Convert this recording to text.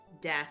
death